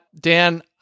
Dan